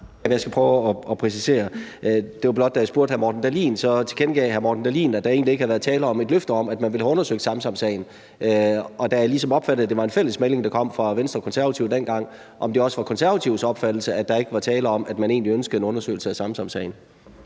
Jeg skal prøve at præcisere. Det var blot det, at da jeg spurgte hr. Morten Dahlin, tilkendegav han, at der egentlig ikke havde været tale om et løfte om, at man ville have Samsamsagen undersøgt, og så var det det, at jeg ligesom opfattede det, som om det var en fælles melding, der kom fra Venstre og Konservative dengang, og derfor spurgte jeg, om det også var Konservatives opfattelse, at der ikke var tale om, at man egentlig ønskede en undersøgelse af Samsamsagen.